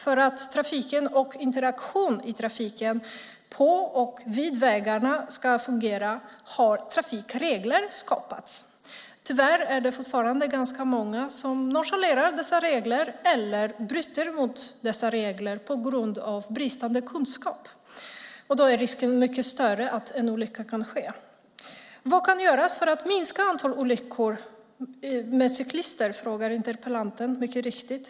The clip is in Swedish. För att trafiken och interaktionen i trafiken på och vid vägarna ska fungera har trafikregler skapats. Tyvärr är det fortfarande ganska många som nonchalerar dessa regler eller bryter mot dem på grund av bristande kunskap. Då är risken mycket större för att en olycka ska ske. Vad kan göras för att minska antalet olyckor med cyklister inblandade frågar interpellanten mycket riktigt.